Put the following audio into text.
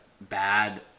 bad